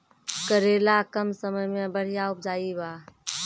करेला कम समय मे बढ़िया उपजाई बा?